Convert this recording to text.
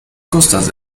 costas